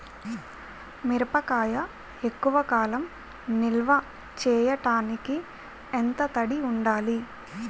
మిరపకాయ ఎక్కువ కాలం నిల్వ చేయటానికి ఎంత తడి ఉండాలి?